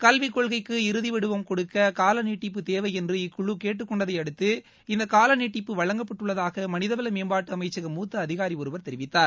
கல்விக் கொள்கைக்கு இறுதி வடிவம் கொடுக்க கால நீட்டிப்பு தேவை என்று இக்குழு கேட்டுக்கொண்டதை அடுத்து இந்த கால நீட்டிப்பு வழங்கப்பட்டுள்ளதாக மனிதவள மேம்பாட்டு அமைச்சக முத்த அதிகாரி ஒருவா தெரிவித்தார்